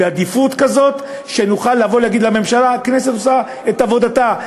בעדיפות כזו שנוכל לבוא ולהגיד לממשלה: הכנסת עושה את עבודתה.